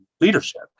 leadership